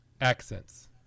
accents